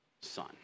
son